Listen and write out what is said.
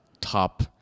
top